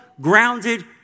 grounded